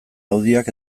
audioak